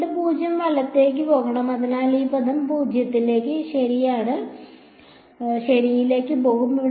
field 0 വലത്തേക്ക് പോകണം അതിനാൽ ഈ പദം 0 ശരിയിലേക്ക് പോകും